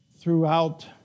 throughout